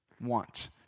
want